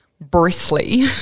bristly